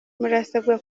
murasabwa